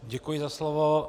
Děkuji za slovo.